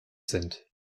sind